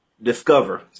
Discover